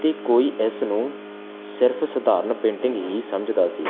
ਤੇ ਕੋਈ ਇਸ ਨੂੰ ਸਿਰਫ ਸਧਾਰਨ ਪੇਂਟਿੰਗ ਹੀ ਸਮਝਦਾ ਸੀ